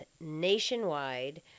nationwide